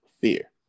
fear